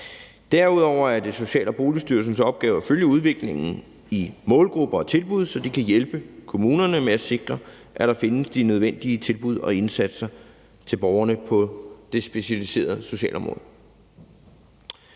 Derudover er det Social- og Boligstyrelsens opgave at følge udviklingen i målgrupper og tilbud, så de kan hjælpe kommunerne med at sikre, at der findes de nødvendige tilbud og indsatser til borgerne på det specialiserede socialområde.